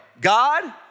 God